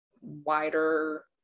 wider